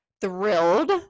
Thrilled